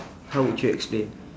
how would you explain